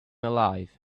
alive